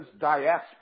diaspora